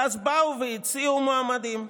ואז באו והציעו מועמדים.